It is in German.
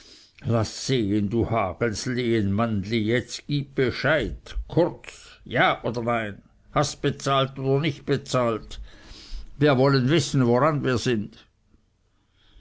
laß sehen du hagels lehenmannli jetzt gib bescheid kurz ja oder nein hast bezahlt oder nicht bezahlt wir wollen wissen woran wir sind